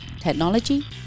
technology